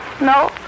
No